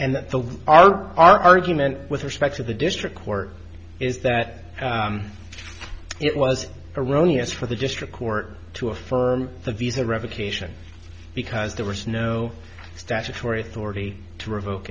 and that the our argument with respect to the district court is that it was erroneous for the district court to affirm the visa revocation because there was no statutory authority to revoke